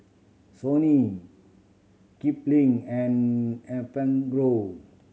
Sony Kipling and Enfagrow